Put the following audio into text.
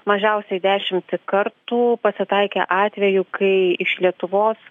mažiausiai dešimtį kartų pasitaikė atvejų kai iš lietuvos